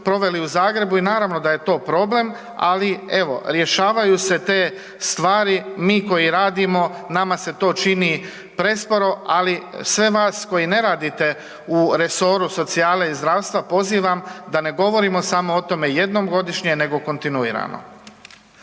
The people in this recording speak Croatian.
proveli u Zagrebu i naravno da je to problem, ali evo rješavaju se te stvari. Mi koji radimo nama se to čini presporo, ali sve vas koji ne radite u resoru socijale i zdravstva pozivam da ne govorimo samo o tome jednom godišnje nego kontinuirano.